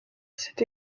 c’est